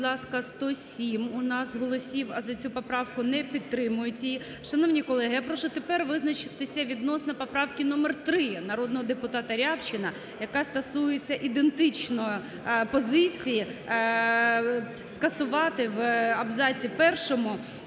будь ласка, 107 у нас голосів. За цю поправку не підтримують її. Шановні колеги, я прошу тепер визначитися відносно поправки номер 3 народного депутата Рябчина, яка стосується ідентичної позиції – скасувати в абзаці першому